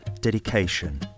Dedication